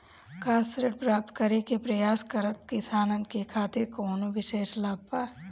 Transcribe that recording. का ऋण प्राप्त करे के प्रयास करत किसानन के खातिर कोनो विशेष लाभ बा